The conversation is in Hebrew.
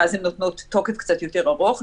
שאז הן נותנות תוקף קצת יותר ארוך,